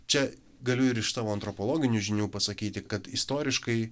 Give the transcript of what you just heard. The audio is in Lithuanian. čia galiu ir iš savo antropologinių žinių pasakyti kad istoriškai